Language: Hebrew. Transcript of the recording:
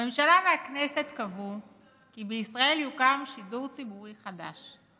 הממשלה והכנסת קבעו כי בישראל יוקם שידור ציבורי חדש,